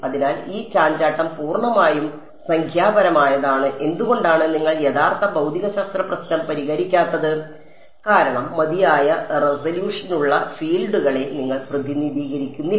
അതിനാൽ ഈ ചാഞ്ചാട്ടം പൂർണ്ണമായും സംഖ്യാപരമായതാണ് എന്തുകൊണ്ടാണ് നിങ്ങൾ യഥാർത്ഥ ഭൌതികശാസ്ത്ര പ്രശ്നം പരിഹരിക്കാത്തത് കാരണം മതിയായ റെസല്യൂഷനുള്ള ഫീൽഡുകളെ നിങ്ങൾ പ്രതിനിധീകരിക്കുന്നില്ല